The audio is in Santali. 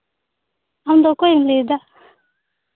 ᱟᱢᱫᱚ ᱚᱠᱚᱭᱮᱢ ᱞᱟᱹᱭᱮᱫᱟ